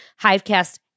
Hivecast